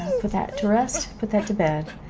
put that to rest. put that to bed.